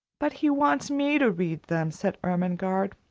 but he wants me to read them, said ermengarde.